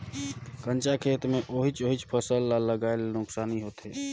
कंचा खेत मे ओहिच ओहिच फसल ल लगाये ले नुकसानी होथे